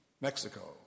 Mexico